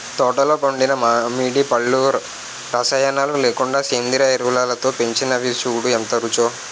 తోటలో పండిన మావిడి పళ్ళు రసాయనాలు లేకుండా సేంద్రియ ఎరువులతో పెంచినవి సూడూ ఎంత రుచో